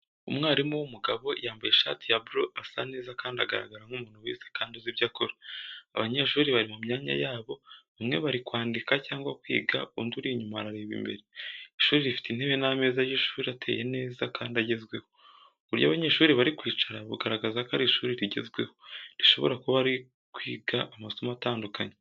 Umwarimu w’umugabo, yambaye ishati ya blue, asa neza kandi agaragara nk’umuntu wize kandi uzi ibyo akora. Abanyeshuri bari mu myanya yabo bamwe bari kwandika cyangwa kwiga undi uri inyuma areba imbere. Ishuri rifite intebe n’ameza y’ishuri ateye neza kandi agezweho. Uburyo abanyeshuri bari kwicara, bugaragaza ko ari ishuri rigezweho, rishobora kuba ari kwiga amasomo atandukanye.